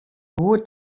goed